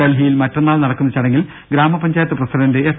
ഡൽഹിയിൽ മറ്റന്നാൾ നടക്കുന്ന ചടങ്ങിൽ ഗ്രാമപഞ്ചായത്ത് പ്രസിഡന്റ് എസ്